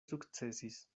sukcesis